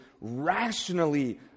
rationally